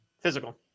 Physical